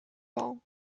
ball